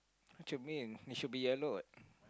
Germaine it should be a note